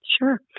Sure